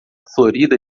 florida